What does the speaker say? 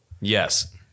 Yes